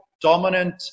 dominant